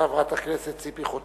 נגד חבר הכנסת מיכאל